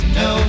no